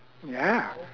ya